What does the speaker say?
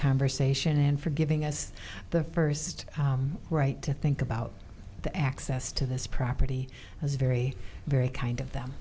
conversation and for giving us the first right to think about the access to this property was very very kind of them